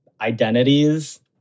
identities